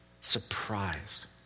surprise